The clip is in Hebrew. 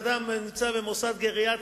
בן אדם נמצא במוסד גריאטרי,